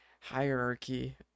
hierarchy